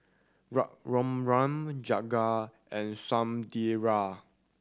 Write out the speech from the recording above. Raghuram Jagat and Sunderlal